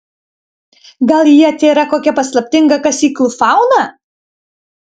gal jie tėra kokia paslaptinga kasyklų fauna